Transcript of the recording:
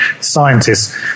scientists